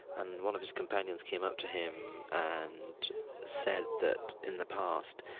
and one of his companions came up to him and said that, in the past,